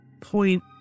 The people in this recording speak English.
point